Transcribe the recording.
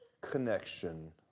connection